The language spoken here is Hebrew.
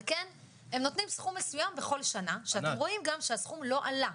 על כן הם נותנים סכום מסוים בכל שנה שאתם רואים גם שהסכום לא עלה.